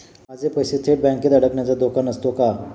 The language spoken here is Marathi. माझे पैसे थेट बँकेत अडकण्याचा धोका नसतो का?